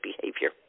behavior